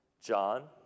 John